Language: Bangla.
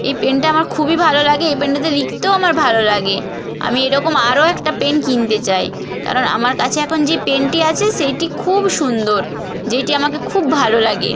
এই পেনটা আমার খুবই ভালো লাগে এই পেনটাতে লিখতেও আমার ভালো লাগে আমি এরকম আরও একটা পেন কিনতে চায় কারণ আমার কাছে এখন যে পেনটি আছে সেইটি খুব সুন্দর যেটি আমাকে খুব ভালো লাগে